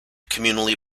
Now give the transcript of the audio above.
communally